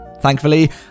Thankfully